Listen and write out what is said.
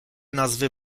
nazwy